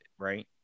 right